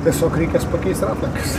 tiesiog reikia su pakeist ratą